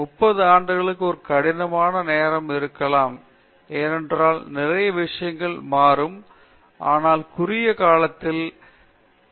30 ஆண்டுகளுக்கு ஒரு கடினமான நேரம் இருக்கலாம் ஏனென்றால் நிறைய விஷயங்கள் மாறும் ஆனால் குறுகிய காலத்தில் குறுகிய காலத்திற்கு நடுத்தர கால அடுத்த 5 முதல் 10 ஆண்டுகள் நான் இடைவெளிகளை